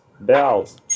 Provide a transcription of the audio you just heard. bells